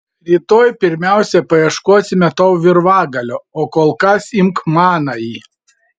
rytoj pirmiausia paieškosime tau virvagalio o kol kas imk manąjį